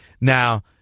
Now